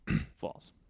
false